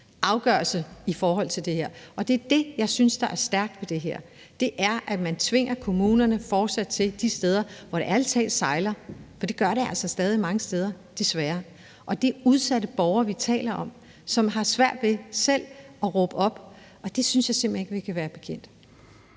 afgørelse i forhold til det her. Det er det, jeg synes er stærkt ved det her, altså at man tvinger kommunerne til at handle de steder, hvor det ærlig talt sejler, og det gør det altså desværre stadig væk mange steder. Det, vi taler om her, er udsatte borgere, som har svært ved selv at råbe op, og det syntes jeg simpelt hen ikke vi kan være bekendt.